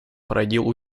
породил